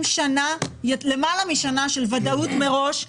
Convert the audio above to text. שנה למעלה משנה של ודאות מראש,